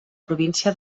província